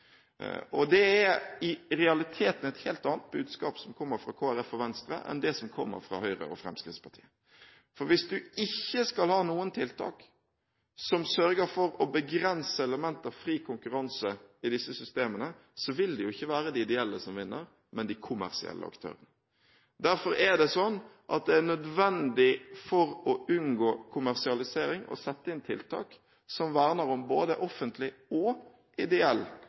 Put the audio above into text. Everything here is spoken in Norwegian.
Det er i realiteten et helt annet budskap som kommer fra Kristelig Folkeparti og Venstre, enn det som kommer fra Høyre og Fremskrittspartiet. For hvis du ikke skal ha noen tiltak som sørger for å begrense elementet av fri konkurranse i disse systemene, vil det ikke være de ideelle som vinner, men de kommersielle aktørene. Derfor er det nødvendig for å unngå kommersialisering å sette inn tiltak som verner om både offentlig og ideell